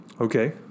Okay